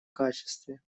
качестве